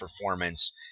performance